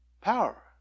Power